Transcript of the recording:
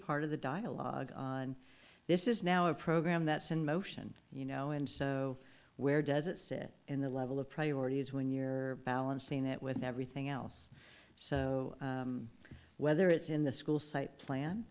part of the dialogue and this is now a program that's in motion you know and so where does it sit in the level of priorities when you're balancing that with everything else so whether it's in the school site plan